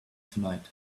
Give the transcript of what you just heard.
tonight